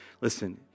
Listen